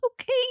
Okay